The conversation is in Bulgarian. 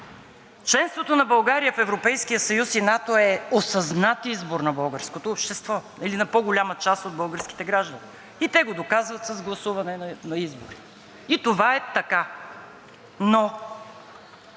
Членството на България в Европейския съюз и НАТО е осъзнат избор на българското общество или на по-голямата част от българските граждани и те го доказват с гласуване на изборите. И това е така, но